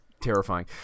terrifying